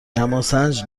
دماسنج